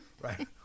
right